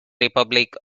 republic